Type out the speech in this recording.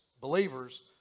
believers